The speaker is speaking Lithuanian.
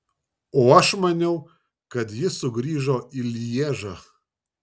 o aš maniau kad jis sugrįžo į lježą